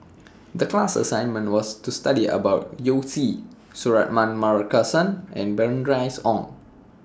The class assignment was to study about Yao Zi Suratman Markasan and Bernice Ong